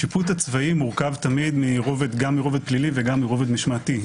השיפוט הצבאי מורכב תמיד גם מרובד פלילי וגם מרובד משמעתי.